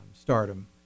stardom